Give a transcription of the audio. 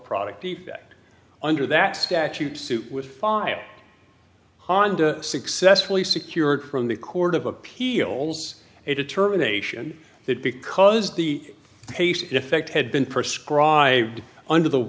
product defect under that statute suit with five honda successfully secured from the court of appeals a determination that because the case in effect had been perscribe under the